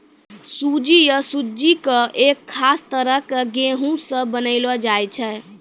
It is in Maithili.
सूजी या सुज्जी कॅ एक खास तरह के गेहूँ स बनैलो जाय छै